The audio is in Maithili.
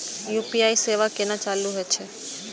यू.पी.आई सेवा केना चालू है छै?